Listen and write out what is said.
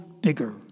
bigger